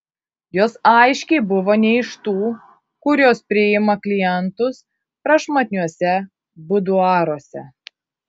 jos aiškiai buvo ne iš tų kurios priima klientus prašmatniuose buduaruose